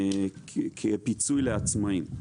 כפיצוי לעצמאים.